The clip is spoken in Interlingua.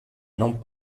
non